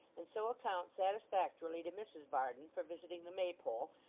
and so account satisfactorily to mrs varden for visiting the maypole,